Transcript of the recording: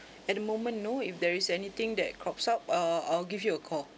at the moment no if there is anything that crops up uh I'll give you a call